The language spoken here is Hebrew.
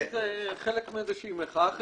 זה חלק מאיזו מחאה חברתית.